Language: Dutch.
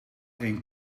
een